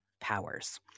powers